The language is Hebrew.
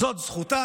זאת זכותם,